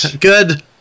Good